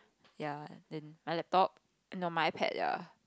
ya then my laptop and on my iPad ya